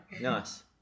Nice